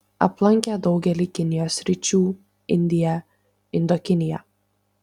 aplankė daugelį kinijos sričių indiją indokiniją